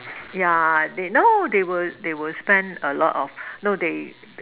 yeah they no they will they will spend a lot of no they